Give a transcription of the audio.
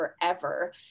forever